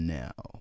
now